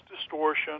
distortion